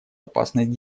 опасность